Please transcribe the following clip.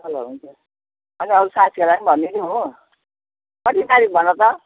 ल ल हुन्छ अनि अरू साथीहरूलाई नि भन्दिनू हो कति तारिख भन त